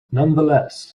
nonetheless